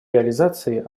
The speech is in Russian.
реализации